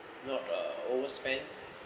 not uh overspend